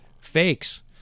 fakes